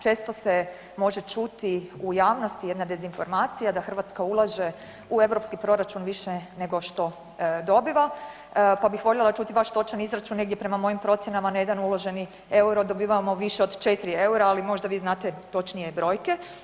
Često se može čuti u javnosti jedna dezinformacija da Hrvatska ulaže u europski proračun više nego što dobiva pa bih voljela čuti vaš točan izračun, negdje prema mojim procjenama na jedan uloženi euro dobivamo više od četiri eura, ali možda vi znate točnije brojke.